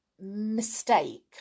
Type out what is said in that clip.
mistake